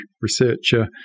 researcher